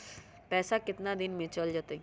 पैसा कितना दिन में चल जतई?